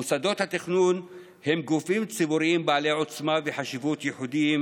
מוסדות התכנון הם גופים ציבוריים בעלי עוצמה וחשיבות ייחודיים